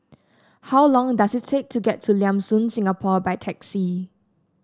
how long does it take to get to Lam Soon Singapore by taxi